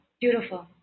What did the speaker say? beautiful